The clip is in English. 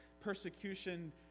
Persecution